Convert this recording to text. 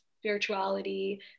spirituality